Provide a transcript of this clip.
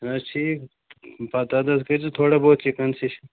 چھُ نہٕ حظ ٹھیٖک پتہ اَدٕ حظ کٔرۍزِ تھوڑا بُہت کیٚنٛہہ کنسیشن